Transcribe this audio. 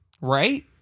Right